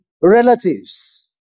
relatives